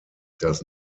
does